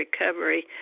recovery